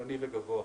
בינוני וגבוה.